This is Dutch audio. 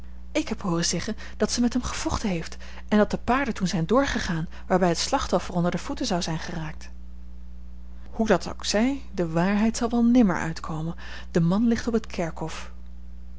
ik heb hooren zeggen dat zij met hem gevochten heeft en dat de paarden toen zijn doorgegaan waarbij het slachtoffer onder de voeten zou zijn geraakt hoe dat ook zij de waarheid zal wel nimmer uitkomen de man ligt op het kerkhof